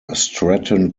stratton